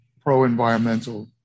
pro-environmental